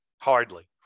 hardly